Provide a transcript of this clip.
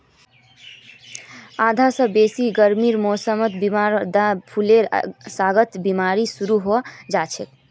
आधा स बेसी गर्मीर मौसम बितवार बादे फूलेर गाछत बिमारी शुरू हैं जाछेक